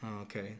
Okay